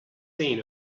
seen